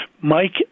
Mike